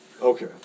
Okay